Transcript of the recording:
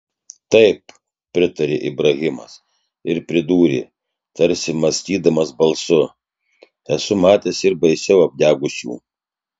taip pritarė ibrahimas ir pridūrė tarsi mąstydamas balsu esu matęs ir baisiau apdegusių